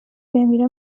بمیره